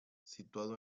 situado